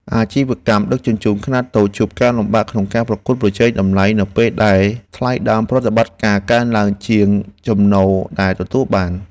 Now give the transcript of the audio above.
អាជីវកម្មដឹកជញ្ជូនខ្នាតតូចជួបការលំបាកក្នុងការប្រកួតប្រជែងតម្លៃនៅពេលដែលថ្លៃដើមប្រតិបត្តិការកើនឡើងលឿនជាងចំណូល ដែលទទួលបាន។